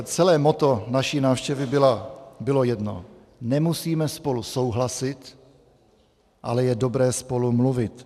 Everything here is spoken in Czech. Celé motto naší návštěvy bylo jedno nemusíme spolu souhlasit, ale je dobré spolu mluvit.